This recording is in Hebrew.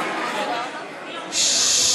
ששש.